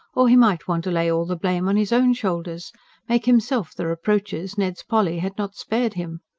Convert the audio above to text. or he might want to lay all the blame on his own shoulders make himself the reproaches ned's polly had not spared him.